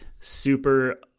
super